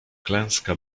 klęska